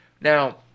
Now